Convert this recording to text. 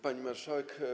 Pani Marszałek!